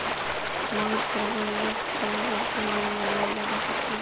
मोहित प्रबंधक स वर्तमान मूलयेर बा र पूछले